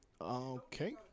Okay